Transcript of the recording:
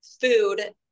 food